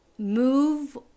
Move